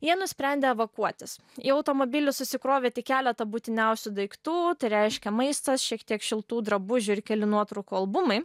jie nusprendė evakuotis į automobilį susikrovė tik keletą būtiniausių daiktų tai reiškia maistas šiek tiek šiltų drabužių ir keli nuotraukų albumai